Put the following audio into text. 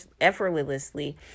effortlessly